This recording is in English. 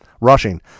rushing